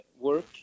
work